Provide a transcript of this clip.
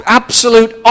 absolute